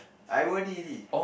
I o_r_d already